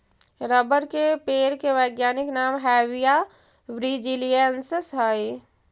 rubber के पेड़ के वैज्ञानिक नाम हैविया ब्रिजीलिएन्सिस हइ